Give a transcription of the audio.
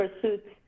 pursuits